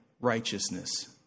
righteousness